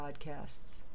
podcasts